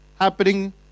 happening